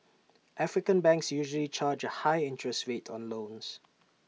African banks usually charge A high interest rate on loans